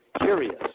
curious